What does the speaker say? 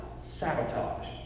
sabotage